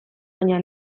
baina